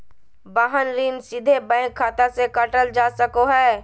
वाहन ऋण सीधे बैंक खाता से काटल जा सको हय